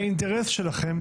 האינטרס שלכם,